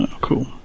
cool